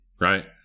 right